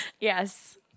Yes